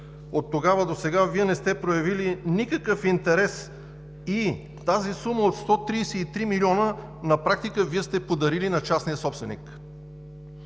Оттогава досега Вие не сте проявили никакъв интерес и тази сума от 133 милиона на практика сте подарили на частния собственик.